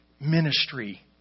ministry